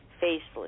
faceless